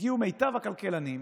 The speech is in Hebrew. הגיעו מיטב הכלכלנים,